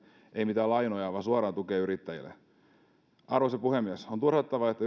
ei mitään lainoja vaan suoraa tukea yrittäjille arvoisa puhemies on turhauttavaa että